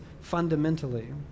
fundamentally